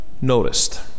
noticed